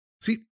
See